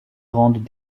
rendent